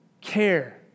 Care